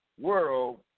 world